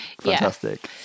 fantastic